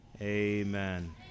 amen